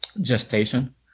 gestation